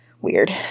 weird